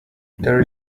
there